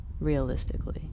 realistically